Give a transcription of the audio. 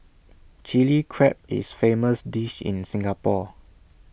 Chilli Crab is famous dish in Singapore